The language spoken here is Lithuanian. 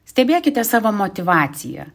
stebėkite savo motyvaciją